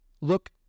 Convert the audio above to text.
look